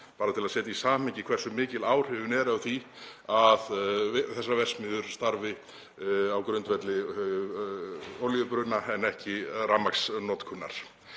bara til að setja í samhengi hversu mikil áhrifin eru af því að þessar verksmiðjur starfi á grundvelli olíubruna en ekki rafmagnsnotkunar.